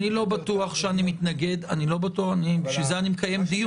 אני לא בטוח שאני מתנגד, לכן אני מקיים דיון.